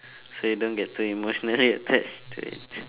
so you don't get too emotionally attached to it